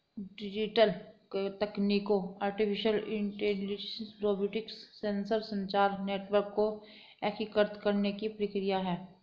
digital तकनीकों artificial intelligence, robotics, sensor, संचार network को एकीकृत करने की प्रक्रिया है